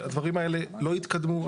הדברים האלה לא התקדמו.